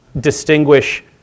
distinguish